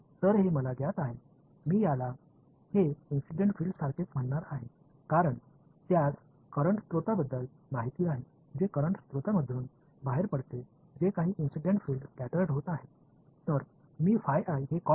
எனவே இது எனக்குத் தெரியும் இதை நான் சம்பவம் புலம் என்று அழைக்கப் போகிறேன் ஏனெனில் அது மின்சார மூலத்தைப் பற்றிய தகவல்களைக் கொண்டுள்ளது மின்சார மூலத்திலிருந்து வெளிவரும் சில சம்பவ புலங்கள் சிதறப் போகிறது